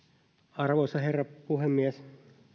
arvoisa herra puhemies